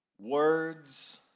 words